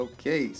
Okay